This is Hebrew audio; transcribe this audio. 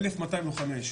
1,200 לוחמי אש.